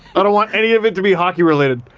i don't want any of it to be hockey related.